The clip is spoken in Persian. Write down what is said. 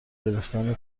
گرفتن